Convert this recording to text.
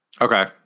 Okay